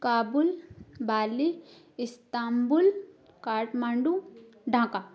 Kabul Bali Istanbul Kathmandu Dhaka